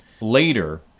later